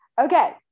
Okay